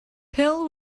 pill